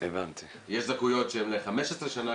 יש זכאויות שיש ל-15 שנה,